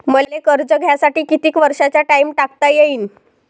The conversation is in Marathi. मले कर्ज घ्यासाठी कितीक वर्षाचा टाइम टाकता येईन?